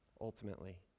ultimately